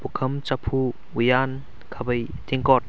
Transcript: ꯄꯨꯈꯝ ꯆꯐꯨ ꯎꯋꯥꯟ ꯈꯥꯕꯩ ꯇꯦꯡꯀꯣꯠ